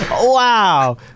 Wow